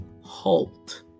HALT